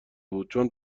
بود، چون